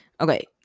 Okay